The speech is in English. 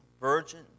virgin